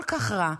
כל כך רע,